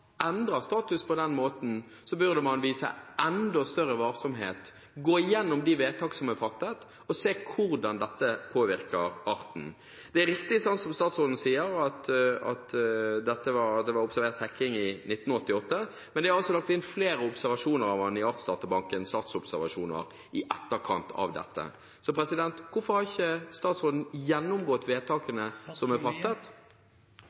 status på den måten, burde man vise enda større varsomhet, gå igjennom de vedtak som er fattet, og se hvordan dette påvirker arten. Det er riktig som statsråden sier, at det var observert hekking i 1988, men det er altså lagt inn flere observasjoner av arten i artsdatabankens artsobservasjoner i etterkant av dette. Hvorfor har ikke statsråden gjennomgått vedtakene som er fattet?